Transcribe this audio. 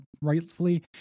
rightfully